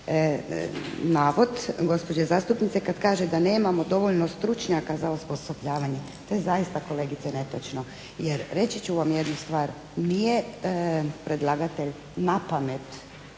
navod gospođe zastupnice kada kaže da nemamo dovoljno stručnjaka za osposobljavanje. To je zaista kolegice netočno jer reći ću vam jednu stvar nije predlagatelj na pamet